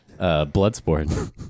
Bloodsport